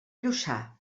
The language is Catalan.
lluçà